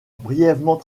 brièvement